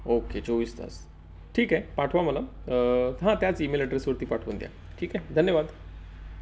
okay चोवीस तास ठीक आहे पाठवा मला हां त्याच ईमेल ॲड्रेसवरती पाठवून द्या ठीक आहे धन्यवाद